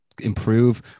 improve